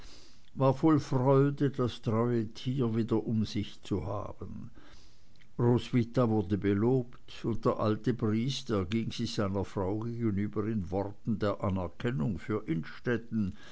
war voll freude das treue tier wieder um sich zu haben roswitha wurde belobt und der alte briest erging sich seiner frau gegenüber in worten der anerkennung für